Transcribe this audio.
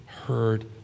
Heard